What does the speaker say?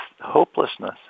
hopelessness